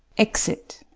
exit